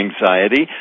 anxiety